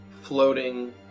floating